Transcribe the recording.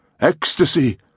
Ecstasy